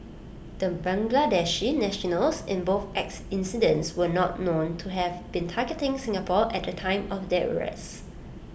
the Bangladeshi nationals in both ex incidents were not known to have been targeting Singapore at the time of their rests